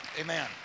amen